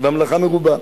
והמלאכה מרובה,